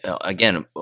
Again